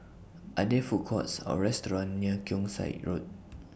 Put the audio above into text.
Are There Food Courts Or restaurants near Keong Saik Road